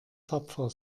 tapfer